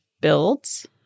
builds